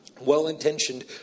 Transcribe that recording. well-intentioned